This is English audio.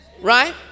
Right